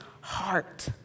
heart